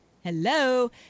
hello